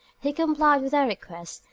he complied with their request,